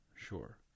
sure